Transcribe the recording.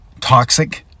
toxic